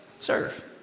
serve